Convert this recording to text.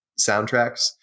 soundtracks